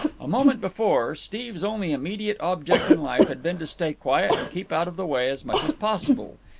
a moment before steve's only immediate object in life had been to stay quiet and keep out of the way as much as possible.